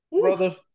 brother